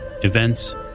events